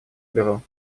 бюро